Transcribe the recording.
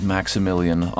Maximilian